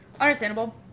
Understandable